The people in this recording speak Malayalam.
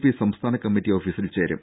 പി സംസ്ഥാന കമ്മിറ്റി ഓഫീസിൽ ചേരും